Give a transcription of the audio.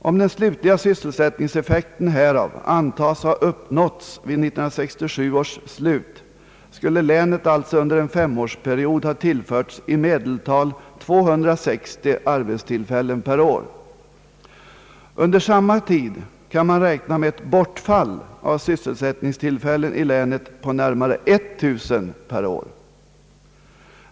Om den slutliga sysselsättningseffekten härav antages ha uppnåtts vid 1967 års slut, skulle länet alltså under en femårsperiod ha tillförts i medeltal 260 arbetstillfällen per år. Under samma tid kan man räkna med ett bortfall av sysselsättningstillfällen i länet på närmare 1000 per år.